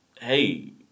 Hey